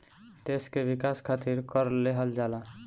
देस के विकास खारित कर लेहल जाला